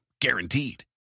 Guaranteed